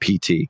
PT